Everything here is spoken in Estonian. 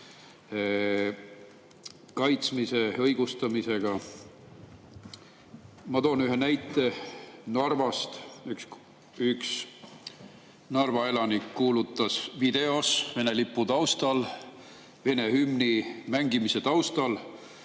kaitsmise õigustamisega. Ma toon ühe näite Narvast. Üks Narva elanik kuulutas videos Vene lipu taustal, Vene hümni mängimise taustal: